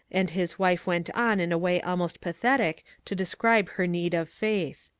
and his wife went on in a way almost pathetic to describe her need of faith.